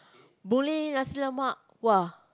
Boon-Lay nasi-lemak !wah!